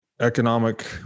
economic